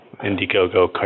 Indiegogo